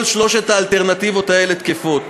כל שלוש האלטרנטיבות האלה תקפות.